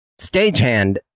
stagehand